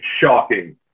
shocking